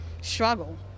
struggle